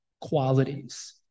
qualities